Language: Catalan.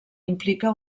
implica